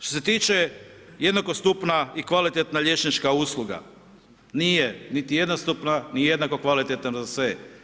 Što se tiče jednakostupna i kvalitetna liječnička usluga, nije niti jednostupna ni jednako kvalitetna za sve.